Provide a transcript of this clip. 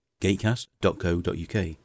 gatecast.co.uk